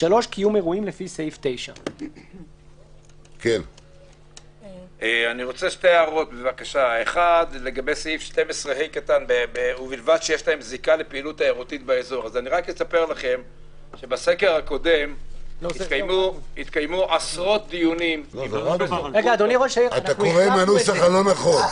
(3) קיום אירועים לפי סעיף 9. אתה קורא מהנוסח הלא נכון.